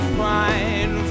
fine